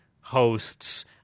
hosts